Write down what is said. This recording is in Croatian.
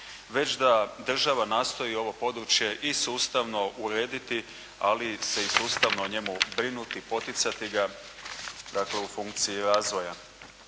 već da država nastoji ovo područje i sustavno urediti, ali se i sustavno o njemu brinuti, poticati ga, dakle u funkciji razvoja.